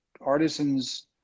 artisans